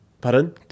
Pardon